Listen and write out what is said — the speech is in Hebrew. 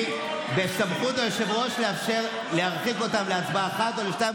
בסמכות היושב-ראש להרחיק אותם להצבעה אחת או לשתיים